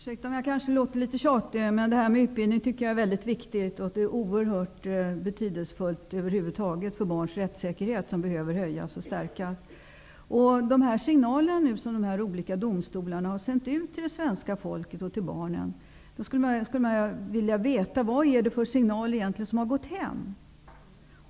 Herr talman! Jag kanske låter litet tjatig, men jag tycker att detta med utbildning är mycket viktigt. Det är över huvud taget oerhört betydelsefullt att stärka barns rättssäkerhet. När det gäller de signaler som dessa olika domstolar har sänt ut till svenska folket och till barnen vore det intressant att veta vilka signaler som egentligen har gått fram.